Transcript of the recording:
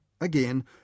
again